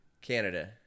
Canada